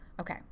Okay